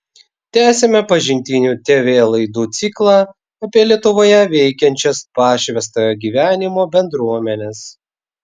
tęsiame pažintinių tv laidų ciklą apie lietuvoje veikiančias pašvęstojo gyvenimo bendruomenes